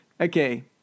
Okay